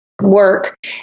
work